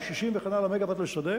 על 60 מגוואט וכן הלאה לשדה.